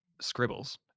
scribbles